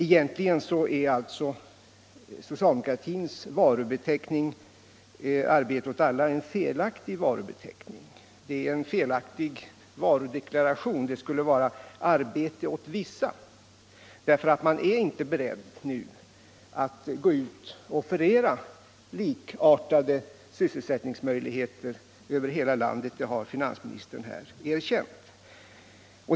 Egentligen är socialdemokratins varubeteckning ”Arbete åt alla” en felaktig varudeklaration. Det skulle vara ”Arbete åt vissa”. Man är onekligen inte beredd att nu gå ut och offerera likartade sysselsättningsmöjligheter över hela landet. Det har finansministern här erkänt.